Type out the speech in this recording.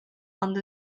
ond